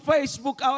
Facebook